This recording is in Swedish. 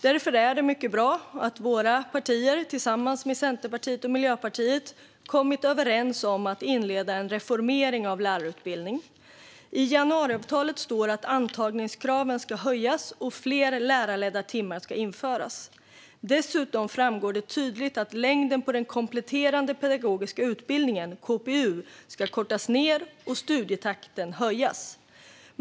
Därför är det mycket bra att våra partier, tillsammans med Centerpartiet och Miljöpartiet, har kommit överens om att inleda en reformering av lärarutbildningen. I januariavtalet står att antagningskraven ska höjas och att fler lärarledda timmar ska införas. Dessutom framgår det tydligt att längden på den kompletterande pedagogiska utbildningen, KPU, ska kortas ned och studietakten höjas.